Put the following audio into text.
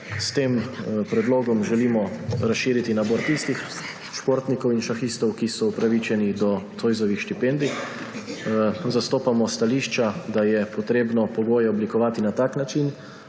s tem predlogom želimo razširiti nabor tistih športnikov in šahistov, ki so upravičeni do Zoisovih štipendij. Zastopamo stališča, da je potrebno pogoje oblikovati na tak način,